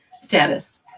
status